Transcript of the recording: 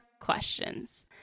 questions